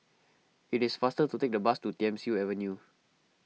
it is faster to take the bus to Thiam Siew Avenue